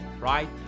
right